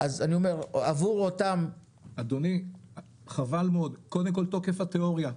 חבל מאוד קודם כל תוקף התיאוריה,